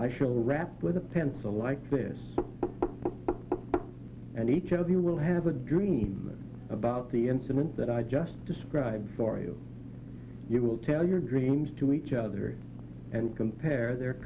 wrap with a pencil like this and each of you will have a dream about the incident that i just described for you you will tell your dreams to each other and compare their